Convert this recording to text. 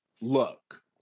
look